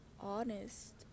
Honest